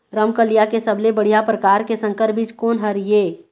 रमकलिया के सबले बढ़िया परकार के संकर बीज कोन हर ये?